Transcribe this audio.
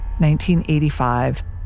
1985